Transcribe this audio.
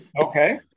Okay